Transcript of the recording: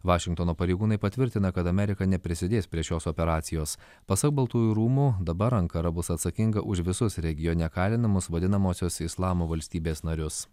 vašingtono pareigūnai patvirtina kad amerika neprisidės prie šios operacijos pasak baltųjų rūmų dabar ankara bus atsakinga už visus regione kalinamus vadinamosios islamo valstybės narius